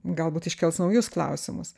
galbūt iškels naujus klausimus